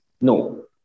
No